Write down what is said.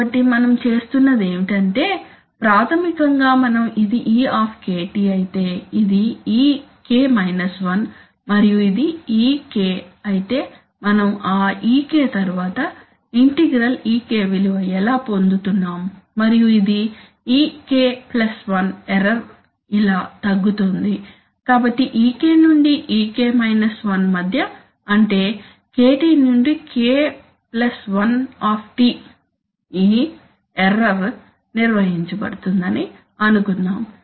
కాబట్టి మనం చేస్తున్నది ఏమిటంటే ప్రాథమికంగా మనం ఇది e అయితే ఇది ek 1 మరియు ఇది ek అయితే మనం ఆ ek తరువాత ఇంటిగ్రల్ ek విలువ ఎలా పొందుతున్నాం మరియు ఇది ek 1 ఎర్రర్ ఇలా తగ్గుతోంది కాబట్టి ek నుండి ek 1 మధ్య అంటే kT నుండి k 1 T ఈ ఎర్రర్ నిర్వహించబడుతుందని అనుకుందాము